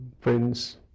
friends